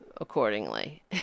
accordingly